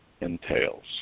entails